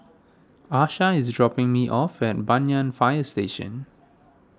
Asha is dropping me off at Banyan Fire Station